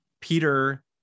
Peter